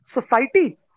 society